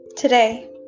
Today